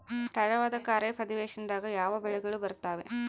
ತಡವಾದ ಖಾರೇಫ್ ಅಧಿವೇಶನದಾಗ ಯಾವ ಬೆಳೆಗಳು ಬರ್ತಾವೆ?